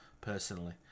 personally